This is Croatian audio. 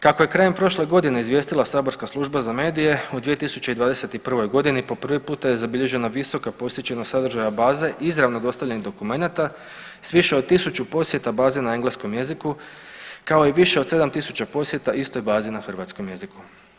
Kako je krajem prošle godine izvijestila saborska služba za medije u 2021. godini po prvi puta je zabilježena visoka posjećenost sadržaja baze izravno dostavljenih dokumenata s više od tisuću posjeta baze na engleskom jeziku kao i više od 7 tisuća posjeta istoj bazi na hrvatskom jeziku.